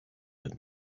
and